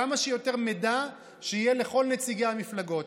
כמה שיותר מידע שיהיה לכל נציגי המפלגות.